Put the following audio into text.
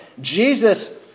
Jesus